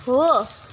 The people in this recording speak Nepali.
हो